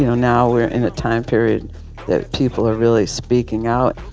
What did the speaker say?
you know now we're in a time period that people are really speaking out.